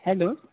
hello